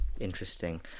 interesting